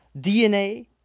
DNA